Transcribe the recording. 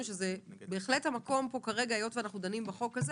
שזה בהחלט המקום כאן היותו אנחנו דנים בחוק הזה